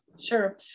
Sure